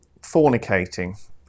fornicating